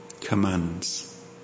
commands